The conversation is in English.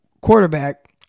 quarterback